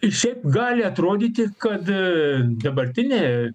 šiaip gali atrodyti kad dabartinė